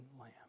lamb